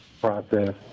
process